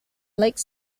lake